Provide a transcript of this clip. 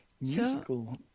Musical